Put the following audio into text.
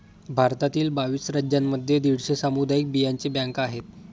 भारतातील बावीस राज्यांमध्ये दीडशे सामुदायिक बियांचे बँका आहेत